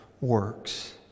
works